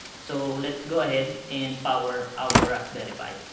so lets go ahead and power our raspberry pi